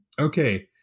Okay